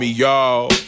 y'all